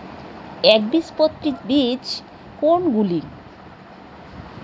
একবীজপত্রী বীজ কোন গুলি?